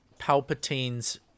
Palpatine's